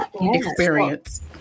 experience